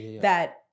that-